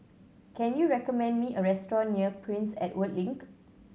can you recommend me a restaurant near Prince Edward Link